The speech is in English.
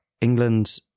England